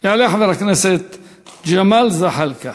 יעלה חבר הכנסת ג'מאל זחאלקה,